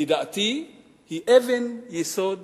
לדעתי היא אבן יסוד